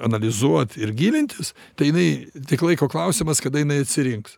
analizuot ir gilintis tai jinai tik laiko klausimas kada jinai atsirinks